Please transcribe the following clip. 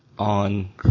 on